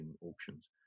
auctions